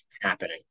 happening